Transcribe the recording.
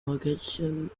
progression